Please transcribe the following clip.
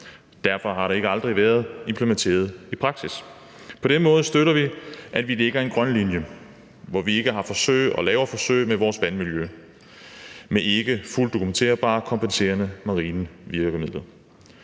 Derfor har den aldrig været implementeret i praksis. På den måde støtter vi, at vi lægger en grøn linje, hvor vi ikke har forsøg eller laver forsøg med vores vandmiljø med ikke fuldt dokumenterbare kompenserende marine virkemidler.